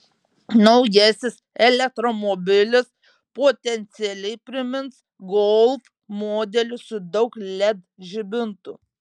naujasis elektromobilis potencialiai primins golf modelį su daug led žibintų